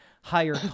higher